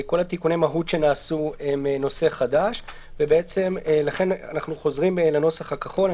הם נושא חדש, ולכן אנחנו חוזרים לנוסח הכחול.